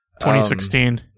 2016